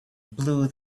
blew